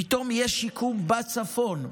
פתאום יש שיקום בצפון,